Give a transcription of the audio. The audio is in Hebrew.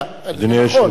זה נכון.